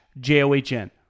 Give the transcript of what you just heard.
j-o-h-n